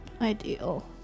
ideal